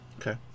okay